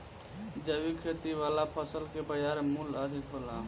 जैविक खेती वाला फसल के बाजार मूल्य अधिक होला